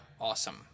awesome